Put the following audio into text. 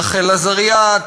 רחל עזריה,